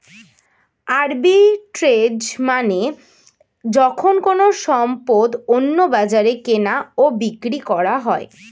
arbitrage মানে যখন কোনো সম্পদ অন্য বাজারে কেনা ও বিক্রি করা হয়